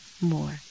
more